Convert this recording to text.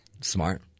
Smart